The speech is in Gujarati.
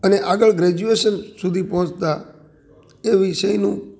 અને આગળ ગ્રેજ્યુએશન સુધી પહોંચતા એ વિષયનું